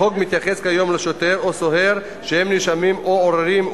החוק מתייחס כיום לשוטר או סוהר שהם נאשמים או עוררים,